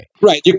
Right